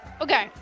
Okay